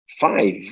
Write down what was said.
five